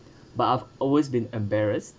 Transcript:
but I've always been embarrassed